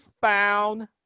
found